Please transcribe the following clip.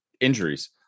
injuries